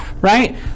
right